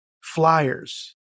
flyers